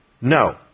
no